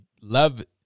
love